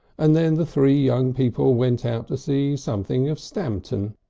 and then the three young people went out to see something of stamton.